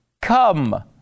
come